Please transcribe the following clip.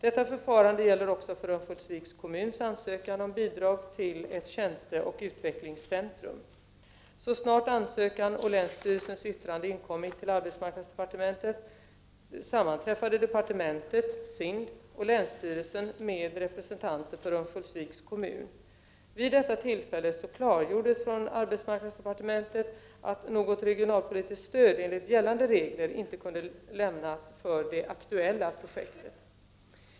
Detta förfarande gäller också för Örnsköldsviks kommuns ansökan om bidrag till ett tjänsteoch utvecklingscentrum. Så snart ansökan och länsstyrelsens yttrande inkommit till arbetsmarknadsdepartementet sammanträffade departementet, SIND och länsstyrelsen med representanter för Örnsköldsviks kommun. Vid detta tillfälle klargjordes från arbetsmarknadsdepartementet att något regionalpolitiskt stöd enligt gällande regler inte kunde lämnas för det aktuella projektet.